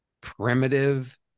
primitive